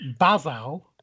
Bazal